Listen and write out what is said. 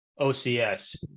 OCS